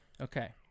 okay